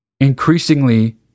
increasingly